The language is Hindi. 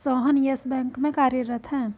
सोहन येस बैंक में कार्यरत है